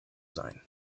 sein